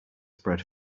spread